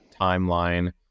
timeline